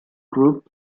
group